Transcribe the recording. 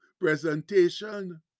presentation